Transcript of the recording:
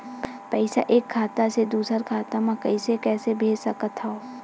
पईसा एक खाता से दुसर खाता मा कइसे कैसे भेज सकथव?